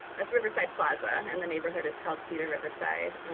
that's riverside plaza and the neighborhood is called cedar riverside.